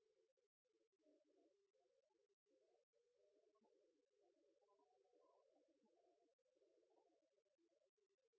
må